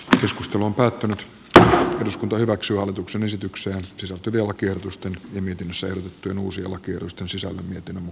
keskustelu on päättänyt että eduskunta hyväksyy hallituksen esitykseen sisältyviä oikeutusta myöten selvitettyyn uusi laki ruston sisällä miten emu